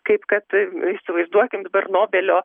kaip kad įsivaizduokim dabar nobelio